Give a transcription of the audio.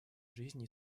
жизни